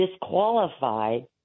disqualified